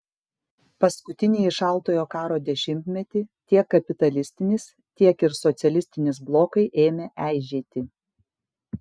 paskutinįjį šaltojo karo dešimtmetį tiek kapitalistinis tiek ir socialistinis blokai ėmė eižėti